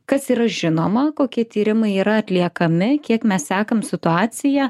kas yra žinoma kokie tyrimai yra atliekami kiek mes sekam situaciją